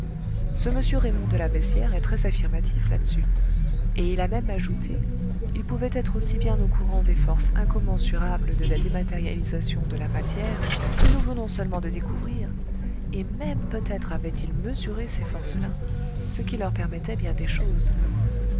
ce m raymond de la beyssière est très affirmatif là-dessus et il a même ajouté ils pouvaient être aussi bien au courant des forces incommensurables de la dématérialisation de la matière que nous venons seulement de découvrir et même peut-être avaient-ils mesuré ces forces là ce qui leur permettait bien des choses